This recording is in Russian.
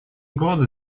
годы